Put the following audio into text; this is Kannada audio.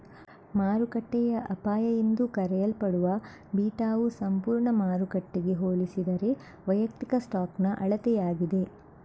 ಮಾರುಕಟ್ಟೆಯ ಅಪಾಯ ಎಂದೂ ಕರೆಯಲ್ಪಡುವ ಬೀಟಾವು ಸಂಪೂರ್ಣ ಮಾರುಕಟ್ಟೆಗೆ ಹೋಲಿಸಿದರೆ ವೈಯಕ್ತಿಕ ಸ್ಟಾಕ್ನ ಅಳತೆಯಾಗಿದೆ